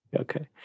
Okay